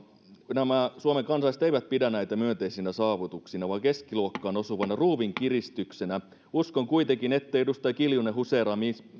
suomen kansalaiset eivät pidä näitä myönteisinä saavutuksina vaan keskiluokkaan osuvana ruuvin kiristyksenä uskon kuitenkin ettei edustaja kiljunen huseeraa